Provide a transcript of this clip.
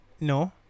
No